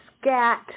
scat